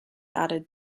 added